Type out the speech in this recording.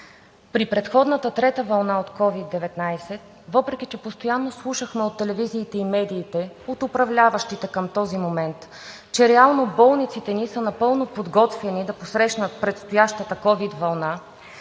При предходната трета вълна от COVID-19, въпреки че постоянно слушахме от телевизиите и медиите от управляващите към този момент, че реално болниците ни са напълно подготвени да посрещнат предстоящата ковид вълна,